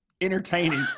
entertaining